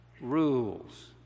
rules